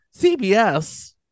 CBS